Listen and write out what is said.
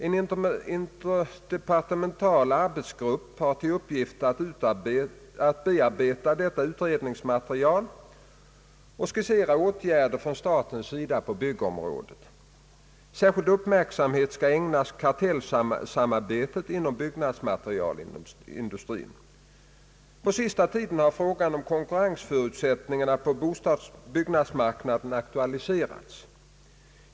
En interdepartemental arbetsgrupp har till uppgift att bearbeta detta utredningsmaterial och skissera åtgärder från statens sida på byggområdet. Särskild uppmärksamhet skall ägnas kartellsamarbetet inom byggnadsmaterialindustrin. På senaste tiden har frågan om konkurrensförutsättningarna på byggmarknaden aktualiserats.